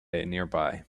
nearby